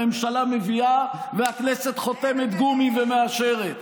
הממשלה מביאה, והכנסת, חותמת גומי, מאשרת,